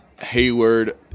Hayward